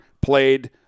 played